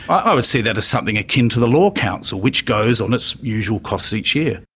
i would see that as something akin to the law council which goes on its usual costs each year.